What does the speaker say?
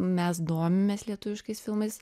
mes domimės lietuviškais filmais